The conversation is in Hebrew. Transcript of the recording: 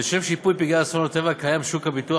לשם שיפוי נפגעי אסונות טבע קיים שוק הביטוח,